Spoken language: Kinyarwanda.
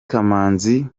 kamanzi